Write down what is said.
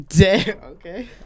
Okay